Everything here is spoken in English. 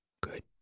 Good